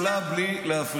את לא יכולה בלי להפריע.